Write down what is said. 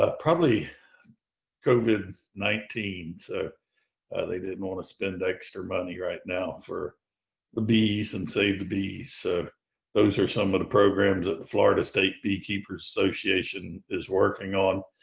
ah probably covid nineteen so they didn't want to spend extra money right now for the bees, and save the bees. so those are some of the programs that florida state beekeepers association is working on.